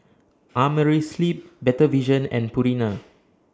Amerisleep Better Vision and Purina